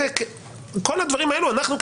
כל הדברים האלה אנחנו,